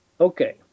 Okay